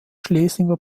schlesinger